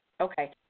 Okay